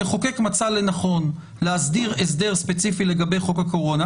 המחוקק מצא לנכון להסדיר הסדר ספציפי לגבי חוק הקורונה,